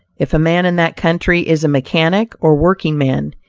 if a man in that country is a mechanic or working-man,